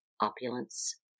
opulence